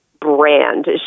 brand